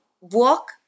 walk